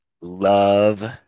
love